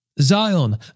Zion